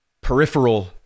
peripheral